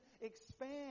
expand